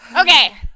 Okay